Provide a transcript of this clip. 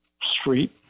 street